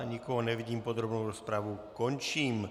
Nikoho nevidím, podrobnou rozpravu končím.